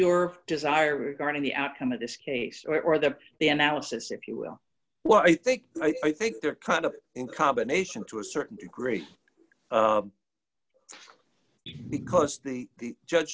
your desire regarding the outcome of this case or that the analysis if you will why i think i think they're kind of in combination to a certain degree because the judge